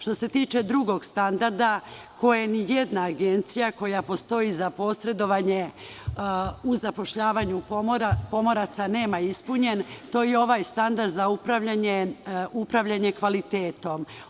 Što se tiče drugog standarda koji ni jedna agencija, a koja postoji za posredovanje u zapošljavanju pomoraca, nema ispunjen, to je ovaj standard za upravljanje kvalitetom.